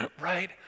Right